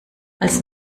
als